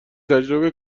تجربه